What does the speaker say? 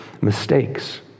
mistakes